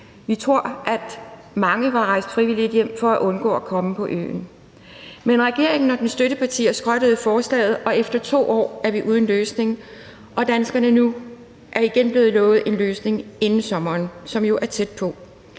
Vi tror, at mange var rejst hjem frivilligt for at undgå at komme på øen. Men regeringen og dens støttepartier skrottede forslaget, og efter 2 år er vi uden en løsning, og nu er danskerne igen blevet lovet en løsning – inden sommeren, som jo er tæt på.